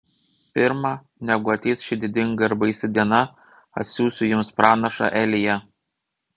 pirma negu ateis ši didinga ir baisi diena atsiųsiu jums pranašą eliją